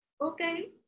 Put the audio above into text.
okay